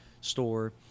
store